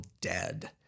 dead